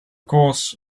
course